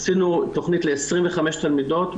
עשינו תכנית ל-25 תלמידות,